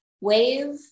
wave